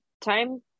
time